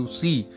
see